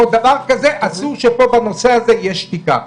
אסור שבנושא הזה תהיה שתיקה.